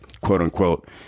quote-unquote